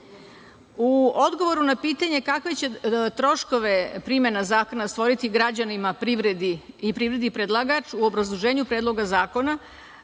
odgovoru na pitanje kakve će troškove primena zakona stvoriti građanima, privredi, predlagač u obrazloženju Predloga zakona